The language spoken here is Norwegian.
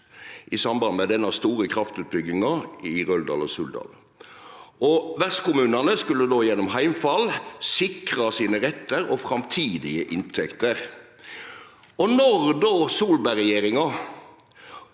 i samband med den store kraftutbygginga i Røldal og Suldal. Vertskommunane skulle då gjennom heimfall sikre sine rettar og framtidige inntekter. Når då Solberg-regjeringa